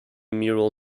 mural